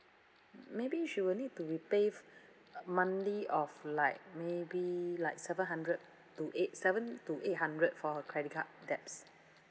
maybe she will need to repay f~ monthly of like maybe like seven hundred to eight seven to eight hundred for her credit card debts